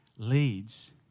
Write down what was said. Leads